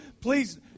please